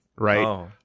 right